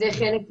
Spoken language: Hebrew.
בוקר טוב,